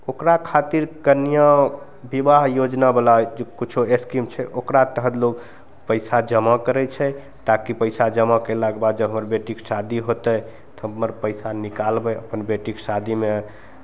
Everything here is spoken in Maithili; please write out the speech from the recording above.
ओकरा खातिर कन्या बिवाह योजनावला जे कुछो स्कीम छै ओकरा तहत लोग पैसा जमा करय छै ताकि पैसा जमा कयलाके बाद जब हमर बेटीके शादी होतय तऽ हमर पैसा निकालबय अपन बेटीके शादीमे